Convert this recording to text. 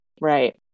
right